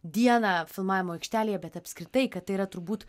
dieną filmavimo aikštelėje bet apskritai kad tai yra turbūt